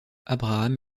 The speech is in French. abraham